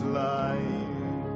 life